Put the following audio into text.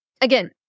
Again